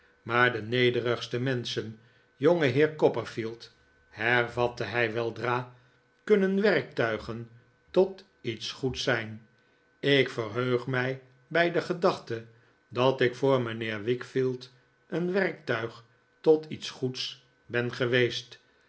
maar de nederigste menschen jongeheer copperfield hervatte hij weldra kunnen werktuigen tot iets goeds zijn ik verheug mij bij de gedachte dat ik voor mijnheer wickfield een werktuig tot iets goeds ben geweest